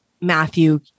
Matthew